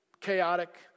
chaotic